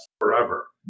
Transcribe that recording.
forever